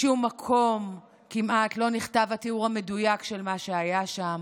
בשום מקום כמעט לא נכתב התיאור המדויק של מה שהיה שם,